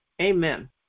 Amen